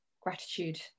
gratitude